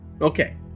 okay